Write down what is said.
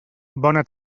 bona